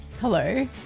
Hello